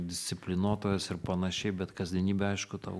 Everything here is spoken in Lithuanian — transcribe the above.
disciplinuotojas ir panašiai bet kasdienybė aišku tau